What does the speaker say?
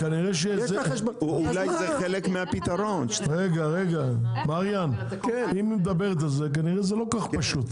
יש לה חשבון --- אם היא מדברת אז כנראה שזה לא כל כך פשוט,